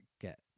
get